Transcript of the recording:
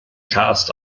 cast